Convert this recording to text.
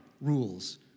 rules